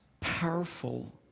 powerful